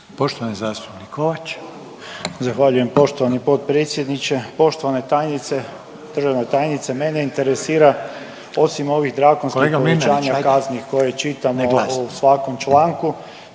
**Kovač, Stjepan (HSS)** Zahvaljujem poštovani potpredsjedniče. Poštovana tajnice, državna tajnice mene interesira osim ovih drakonskih povećanja kazni koje čitamo u svakom članku